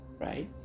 Right